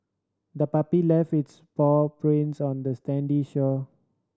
the puppy left its paw prints on the stand shore